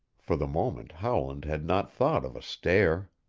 for the moment howland had not thought of a stair.